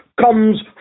comes